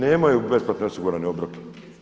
Nemaju besplatno osigurane obroke.